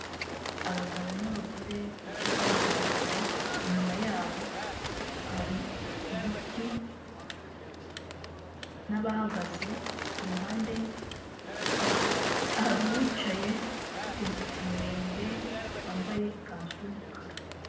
Abagabo n'abagore bicaye bareba imbere, inyuma yabo hari ibiti, n'abahagaze, ku ruhande hari uwicaye, ufite imisatsi miremire, wambaye ikanzu y'umukara.